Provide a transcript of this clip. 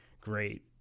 great